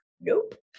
nope